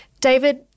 David